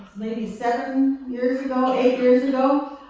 maybe seven years ago, eight years ago,